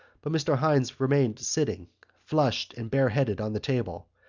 but mr. hynes remained sitting flushed and bare-headed on the table.